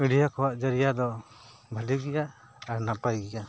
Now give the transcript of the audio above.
media ᱠᱚᱣᱟᱜ ᱡᱟᱹᱨᱤᱭᱟ ᱫᱚ ᱵᱷᱟᱹᱞᱤ ᱜᱮᱭᱟ ᱟᱨ ᱱᱟᱯᱟᱭ ᱜᱮᱭᱟ